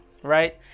Right